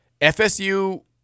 FSU